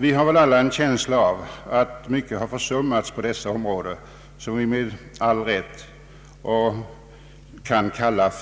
Vi har väl alla en känsla av att mycket har försummats på dessa områden, som vi med ett ord kan kalla